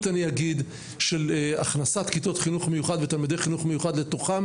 של הכנסת כיתות חינוך מיוחד ותלמידי חינוך מיוחד לתוכם?